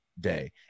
day